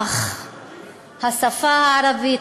אך השפה הערבית,